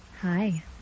Hi